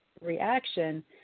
reaction